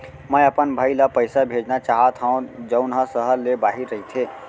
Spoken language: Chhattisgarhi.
मै अपन भाई ला पइसा भेजना चाहत हव जऊन हा सहर ले बाहिर रहीथे